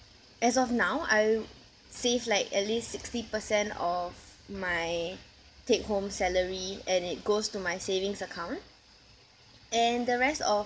as of now I save like at least sixty percent of my take home salary and it goes to my savings account and the rest of